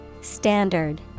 Standard